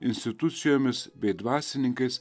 institucijomis bei dvasininkais